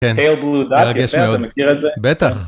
כן, מרגש מאוד. בטח.